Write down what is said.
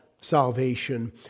salvation